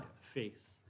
faith